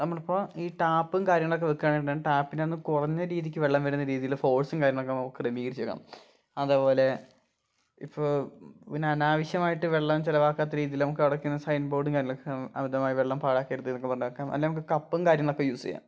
നമ്മളിപ്പോള് ഈ ടാപ്പും കാര്യങ്ങളൊക്കെ വയ്ക്കാന് വേണ്ടിയിട്ടാണ് ടാപ്പിനെ ഒന്ന് കുറഞ്ഞ രീതിക്ക് വെള്ളം വരുന്ന രീതിയില് ഫോഴ്സും കാര്യങ്ങളൊക്കെ ക്രമീകരിച്ചു വയ്ക്കണം അതേപോലെ ഇപ്പോള് പിന്നെ അനാവശ്യമായിട്ട് വെള്ളം ചെലവാക്കാത്ത രീതിയില് നമുക്കടയ്ക്കുന്ന സൈൻ ബോർഡും കാര്യങ്ങളൊക്കെ അമിതമായി വെള്ളം പാഴാക്കരുതെന്നെക്കെ പറഞ്ഞു വയ്ക്കാം അല്ലെങ്കില് നമുക്ക് കപ്പും കാര്യങ്ങളൊക്കെ യൂസെയ്യാം